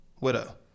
widow